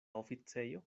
oficejo